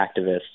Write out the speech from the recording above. activists